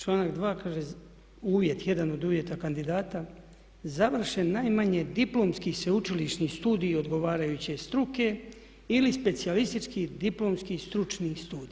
Članak 2. kaže, uvjet, jedan od uvjeta kandidata završen najmanje diplomski sveučilišni studij odgovarajuće struke ili specijalistički diplomski stručni studij.